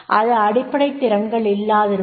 அது அடிப்படை திறன்கள் இல்லாதிருப்பது